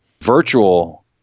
virtual